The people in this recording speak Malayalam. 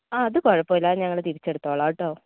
ആ അത് കുഴപ്പമില്ല അത് ഞങ്ങൾ തിരിച്ചെടുത്തോളാ കേട്ടോ